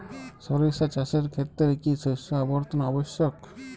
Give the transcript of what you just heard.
সরিষা চাষের ক্ষেত্রে কি শস্য আবর্তন আবশ্যক?